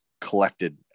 collected